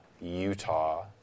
Utah